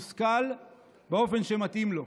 בו שימוש מושכל באופן שמתאים לו.